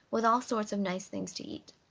with all sorts of nice things to eat.